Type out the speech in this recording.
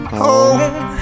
home